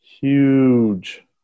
huge